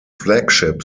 flagship